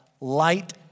light